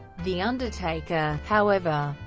the undertaker, however,